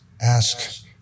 Ask